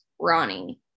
Ronnie